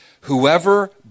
Whoever